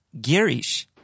Girish